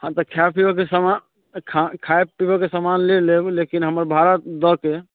हँ तऽ खाय पीबऽ के समान खाय पीबऽ के समान ले लेब लेकिन हमर भाड़ा दऽ कऽ